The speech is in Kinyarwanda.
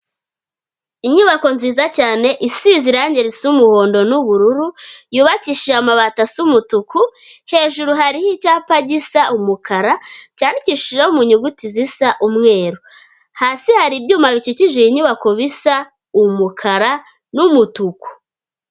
Inyubako nziza cyane isize irangi risa umuhondo n'ubururu, yubakishije amabati asa umutuku, hejuru hariho icyapa gisa umukara, cyandikishijeho mu nyuguti zisa umweru. Hasi hari ibyuma bikije iyi nyubako bisa umukara n'umutuku.